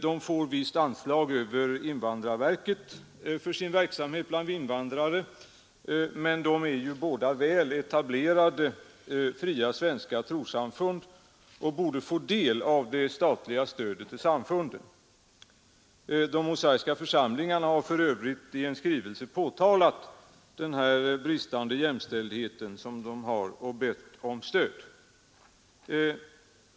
De får ett visst anslag över invandrarverket för sin verksamhet bland invandrare, men de är ju båda väl etablerade fria svenska trossamfund och borde få del av det statliga stödet till samfunden. Den mosaiska församlingen har för övrigt i en skrivelse påtalat den bristande jämställdheten och bett om stöd.